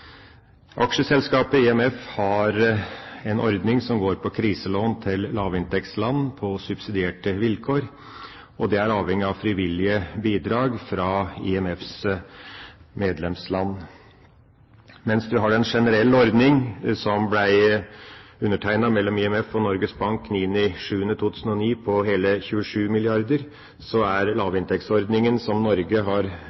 Aksjeselskapet IMF har en ordning som går på kriselån til lavinntektsland på subsidierte vilkår. Det er avhengig av frivillige bidrag fra IMFs medlemsland. Mens vi har en generell ordning som ble undertegnet mellom IMF og Norges Bank 6. juli 2009, på hele 27 mrd. kr, er lavinntektsordningen som Norge har